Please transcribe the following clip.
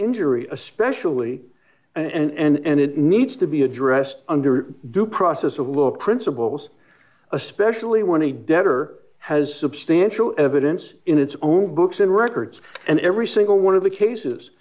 injury especially and it needs to be addressed under due process of look principles especially when the debtor has substantial evidence in its own books and records and every single one of the cases